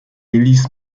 élisent